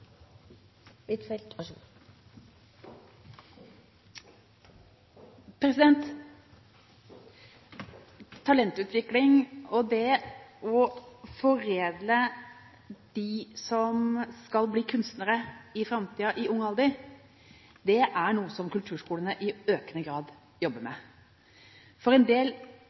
Talentutvikling og det å foredle dem som skal bli kunstnere i framtiden i ung alder, er noe kulturskolene i økende grad jobber med. For en del